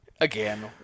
Again